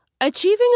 Achieving